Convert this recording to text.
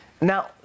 Now